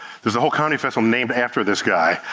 there's a whole comedy festival named after this guy,